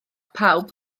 pawb